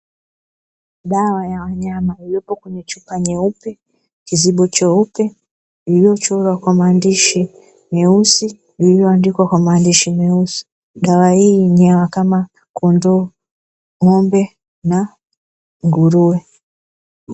Dawa ya wanyama iliyoko kwenye chupa nyeupe, kizibo cheupe, iliyochorwa kwa maandishi meusi , iliyoandikwa kwa maandishi meusi , dawa hii ni wanyama kama kondoo, ng'ombe na nguruwe.